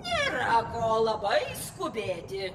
nėra ko labai skubėti